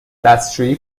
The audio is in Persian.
دستشویی